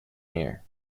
near